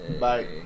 Bye